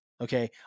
Okay